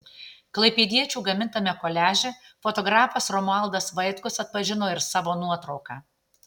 klaipėdiečių gamintame koliaže fotografas romualdas vaitkus atpažino ir savo nuotrauką